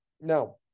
Now